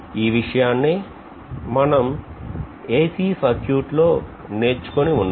ఈ విషయాన్నే మనం AC సర్క్యూట్ లో నేర్చు కొని ఉన్నాం